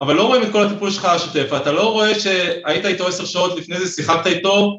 אבל לא רואים את כל הטיפול שלך שוטף, אתה לא רואה שהיית איתו עשר שעות לפני זה שיחקת איתו